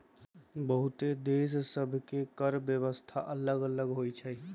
बहुते देश सभ के कर व्यवस्था अल्लग अल्लग होई छै